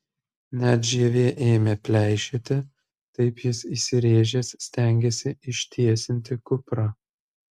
net žievė ėmė pleišėti taip jis įsiręžęs stengėsi ištiesinti kuprą